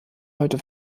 heute